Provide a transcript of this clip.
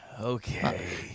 Okay